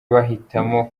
bahitamo